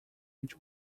which